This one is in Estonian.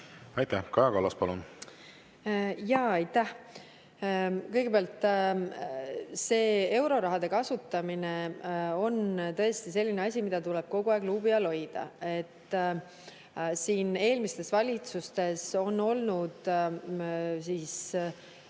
Aitäh! Kaja Kallas, palun! Jaa, aitäh! Kõigepealt, see euroraha kasutamine on tõesti selline asi, mida tuleb kogu aeg luubi all hoida. Eelmistes valitsustes on vist